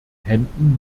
händen